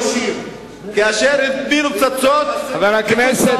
אני מבקש לסיים, ידידי, חבר הכנסת